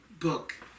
book